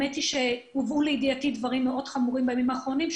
הובאו לידיעתי דברים מאוד חמורים בימים האחרונים,